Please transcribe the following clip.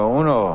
uno